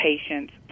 patients